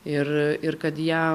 ir ir kad ją